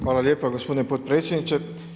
Hvala lijepa gospodine potpredsjedniče.